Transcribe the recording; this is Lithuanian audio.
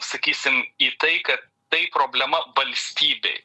sakysim į tai kad tai problema valstybei